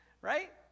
right